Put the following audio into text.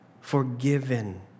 forgiven